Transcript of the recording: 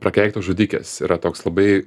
prakeiktos žudikės yra toks labai